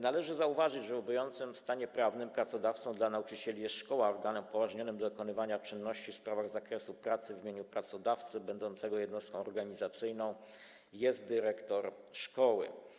Należy zauważyć, że w obowiązującym stanie prawnym pracodawcą dla nauczycieli jest szkoła, a organem upoważnionym do dokonywania czynności w sprawach z zakresu pracy w imieniu pracodawcy będącego jednostką organizacyjną jest dyrektor szkoły.